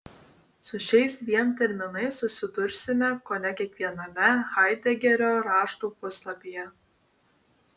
su šiais dviem terminais susidursime kone kiekviename haidegerio raštų puslapyje